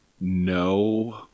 No